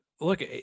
look